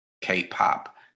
K-pop